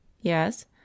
Yes